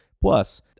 Plus